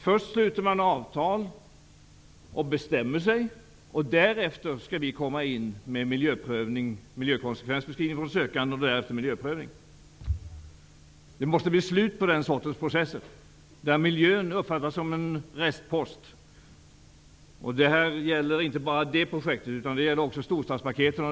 Först sluts ett avtal, och därefter skall det göras miljökonsekvensbeskrivningar och därefter en miljöprövning. Det måste bli slut på den sortens processer där miljön uppfattas som en restpost. Det gäller inte bara Öresundsprojektet utan även hanteringen av storstadspaketen.